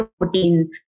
protein